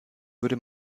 würde